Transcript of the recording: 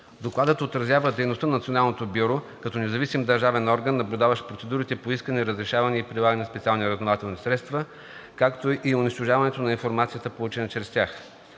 Докладът отразява дейността на Националното бюро като независим държавен орган, наблюдаващ процедурите по искане, разрешаване и прилагане на специални разузнавателни средства, както и унищожаване на информация, получена чрез тях.